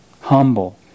humble